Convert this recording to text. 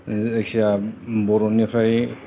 जायखि जाया बर'निफ्राय